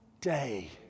day